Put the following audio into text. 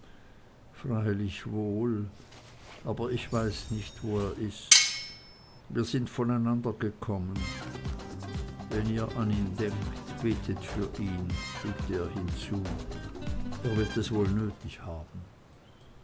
freilich wohl aber ich weiß nicht wo er ist wir sind voneinander gekommen wenn ihr an ihn denkt betet für ihn fügte er hinzu er wird es wohl nötig haben